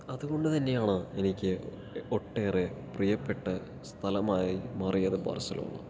അതുകൊണ്ട് തന്നെയാണ് എനിക്ക് ഒട്ടേറെ പ്രിയപ്പെട്ട സ്ഥലമായി മാറിയത് ബാർസലോണ